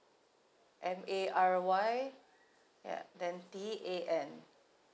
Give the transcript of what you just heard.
M A R Y ya then T A N